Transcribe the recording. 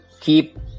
keep